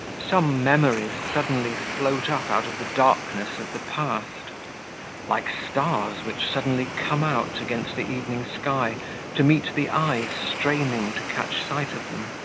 some memories suddenly float up out of the darkness of the past like stars which suddenly come out against the evening sky to meet the eyes straining to catch sight of them.